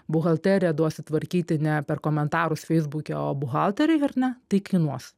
buhalteriją duosi tvarkyti ne per komentarus feisbuke o buhalteriui ar ne tai kainuos